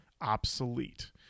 obsolete